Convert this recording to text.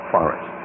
Forest